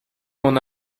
mon